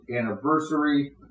anniversary